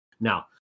now